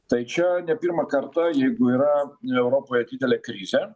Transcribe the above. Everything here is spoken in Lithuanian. tai čia ne pirmą kartą jeigu yra europoje didelė krizė